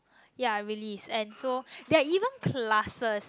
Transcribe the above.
ya really and so that even classes